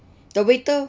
the waiter